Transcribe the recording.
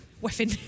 weapon